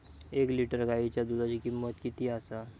एक लिटर गायीच्या दुधाची किमंत किती आसा?